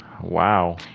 Wow